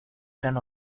gran